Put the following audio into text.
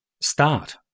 start